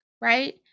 right